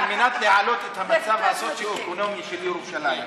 על מנת להעלות את המצב הסוציו-אקונומי של ירושלים,